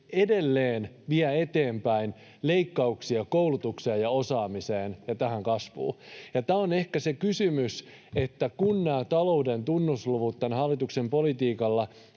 edelleen vie eteenpäin leikkauksia koulutukseen ja osaamiseen ja kasvuun. Ja tämä on ehkä se kysymys: kun nämä talouden tunnusluvut tämän hallituksen politiikalla